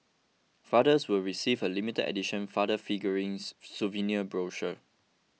fathers will receive a limited edition Father Figurings souvenir brochure